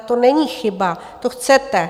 To není chyba, to chcete.